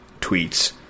tweets